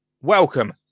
welcome